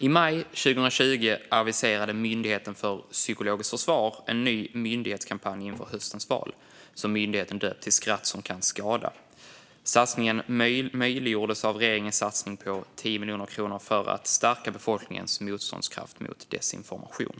I maj 2020 aviserade Myndigheten för psykologiskt försvar en ny myndighetskampanj inför höstens val, som myndigheten döpt till Skratt som kan skada. Satsningen möjliggjordes av regeringens satsning på 10 miljoner kronor för att stärka befolkningens motståndskraft mot desinformation.